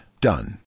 Done